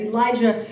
Elijah